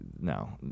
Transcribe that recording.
no